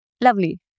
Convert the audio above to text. Lovely